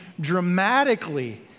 dramatically